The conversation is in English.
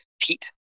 pete